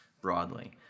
broadly